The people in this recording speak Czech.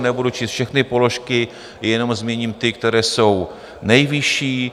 Nebudu číst všechny položky, jenom zmíním ty, které jsou nejvyšší.